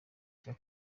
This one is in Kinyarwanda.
cya